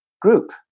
group